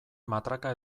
matraka